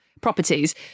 properties